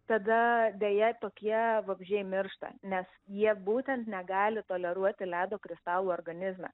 tada deja tokie vabzdžiai miršta nes jie būtent negali toleruoti ledo kristalų organizme